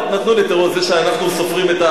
זה שאנחנו סופרים,